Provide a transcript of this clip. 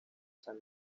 san